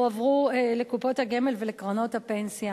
הועברו לקופות הגמל ולקרנות הפנסיה.